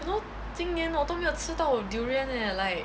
you know 今年我都没有吃到我 durian leh like